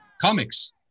Comics